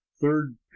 Third